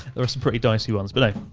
there were some pretty dicey ones, but no,